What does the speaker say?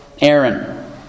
Aaron